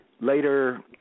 later